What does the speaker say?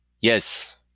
Yes